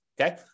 okay